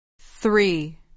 Three